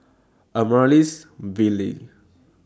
Amaryllis Ville